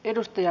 kiitos